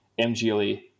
MGLE